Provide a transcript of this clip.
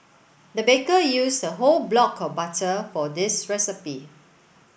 the baker used a whole block of butter for this recipe